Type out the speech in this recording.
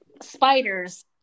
Spiders